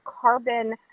carbon